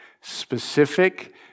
specific